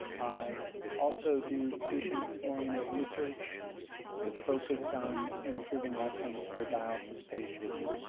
i also do patient oriented research focused on improving outcomes for dialysis patients.